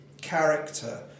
character